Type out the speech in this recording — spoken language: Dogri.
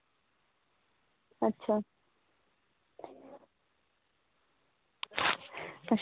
अच्छा